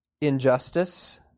injustice